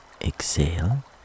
exhale